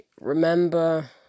remember